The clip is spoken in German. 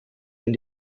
wenn